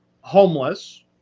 homeless